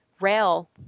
rail